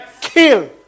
kill